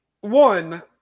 one